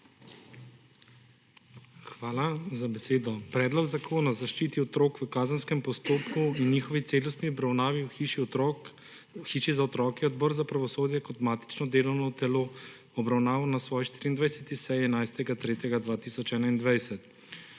Hvala za besedo. Predlog zakona o zaščiti otrok v kazenskem postopku in njihovi celostni obravnavi v hiši za otroke je Odbor za pravosodje kot matično delovno telo obravnaval na svoji 24. seji 11. 3. 2021.